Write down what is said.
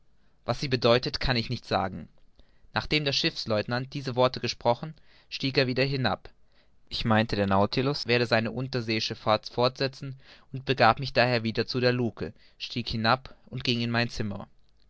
was sie bedeutet kann ich nicht sagen nachdem der schiffslieutenant diese worte gesprochen stieg er wieder hinab ich meinte der nautilus werde seine unterseeische fahrt fortsetzen begab mich daher wieder zu der lucke stieg hinab und ging in mein zimmer